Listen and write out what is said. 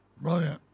brilliant